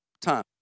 Time